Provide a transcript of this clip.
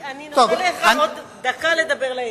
אני נותנת לך עוד דקה לדבר לעניין.